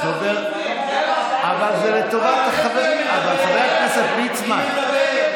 חבר הכנסת קריב?